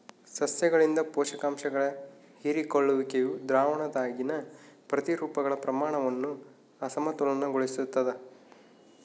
ಸಸ್ಯಗಳಿಂದ ಪೋಷಕಾಂಶಗಳ ಹೀರಿಕೊಳ್ಳುವಿಕೆಯು ದ್ರಾವಣದಾಗಿನ ಪ್ರತಿರೂಪಗಳ ಪ್ರಮಾಣವನ್ನು ಅಸಮತೋಲನಗೊಳಿಸ್ತದ